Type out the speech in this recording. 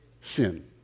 sin